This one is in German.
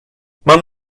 man